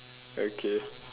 okay